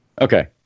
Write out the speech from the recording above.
Okay